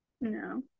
no